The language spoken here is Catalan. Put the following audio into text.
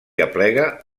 aplega